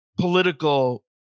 political